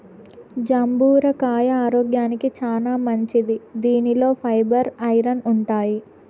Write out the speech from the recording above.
జంబూర కాయ ఆరోగ్యానికి చానా మంచిది దీనిలో ఫైబర్, ఐరన్ ఉంటాయి